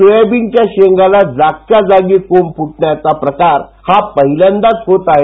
सोयाबीनच्या शेंगाला जागच्या जागी कोंब फुटण्याचा प्रकार हा प्रकार पहिल्यांदाच होत आहे